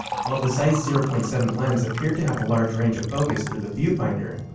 while the zeiss zero point seven lens appeared to have a large range of focus through the viewfinder,